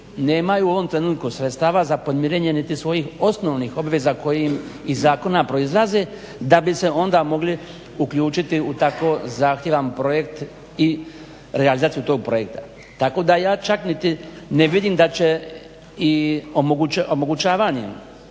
nemaju u ovom trenutku sredstava za podmirenje niti svojih osnovnih obveza koje im iz zakona proizlaze da bi se onda mogli uključiti u tako zahtjevan projekt i realizaciju tog projekta. Tako da ja čak niti ne vidim da će i omogućavanje